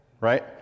right